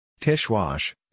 Tishwash